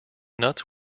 nuts